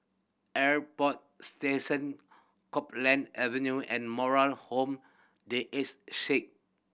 Airport Station Copeland Avenue and Moral Home The Ace Sick